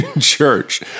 Church